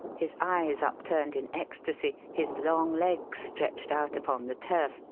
his eyes upturned in ecstasy, his long legs stretched out upon the turf,